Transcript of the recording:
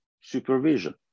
supervision